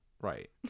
right